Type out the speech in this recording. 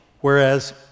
whereas